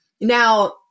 Now